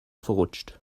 verrutscht